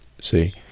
See